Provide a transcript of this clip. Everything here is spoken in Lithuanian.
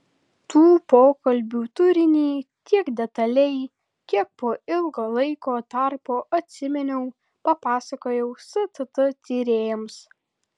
tų pokalbių turinį tiek detaliai kiek po ilgo laiko tarpo atsiminiau papasakojau stt tyrėjams